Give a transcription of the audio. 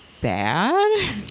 Bad